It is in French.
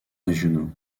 régionaux